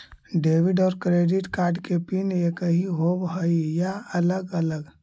Debit और credit card के PIN एकही होव हइ या अलग अलग?